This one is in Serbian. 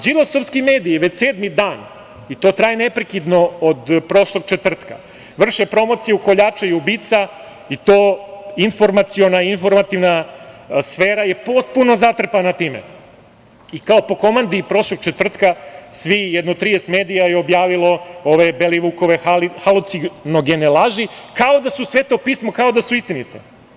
Đilasovski mediji već sedmi dan, i to traje neprekidno od prošlog četvrtka, vrše promociju koljača i ubica i to informaciono-informativna sfera je potpuno zatrpana time i kao po komandi od prošlog četvrtka, svi, jedno 30 medija je objavilo ove Belivukove halucionogene laži kao da su Sveto pismo, kao da su istinite.